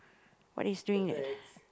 what is doing it